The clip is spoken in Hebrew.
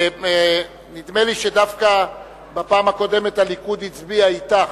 נדמה לי שדווקא בפעם הקודמת הליכוד הצביע אתך.